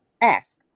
ask